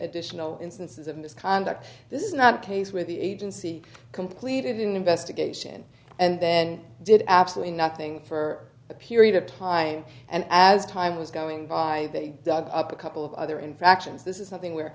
additional instances of misconduct this is not case where the agency completed an investigation and then did absolutely nothing for a period of time and as time was going by they dug up a couple of other infractions this is something where